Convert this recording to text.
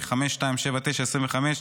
פ/5279/25,